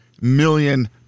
million